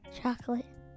Chocolate